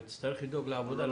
ותצטרך לדאוג לעבודה.